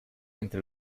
entre